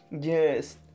Yes